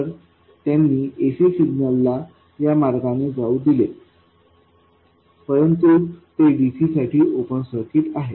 तर त्यांनी ac signal ला या मार्गाने जाऊ दिले परंतु ते dc साठी ओपन सर्किट आहेत